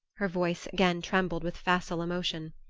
her voice again trembled with facile emotion.